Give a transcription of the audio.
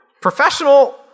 professional